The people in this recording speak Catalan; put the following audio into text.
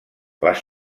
les